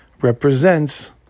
represents